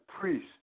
priest